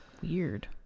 Weird